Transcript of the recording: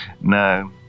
No